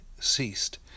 ceased